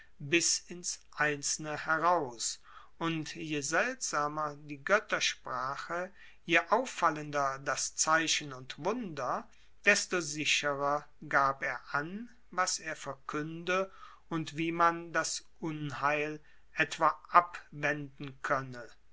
bis ins einzelne heraus und je seltsamer die goettersprache je auffallender das zeichen und wunder desto sicherer gab er an was er verkuende und wie man das unheil etwa abwenden koenne